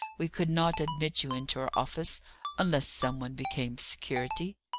we could not admit you into our office unless some one became security.